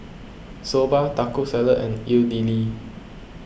Soba Taco Salad and Idili